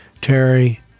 terry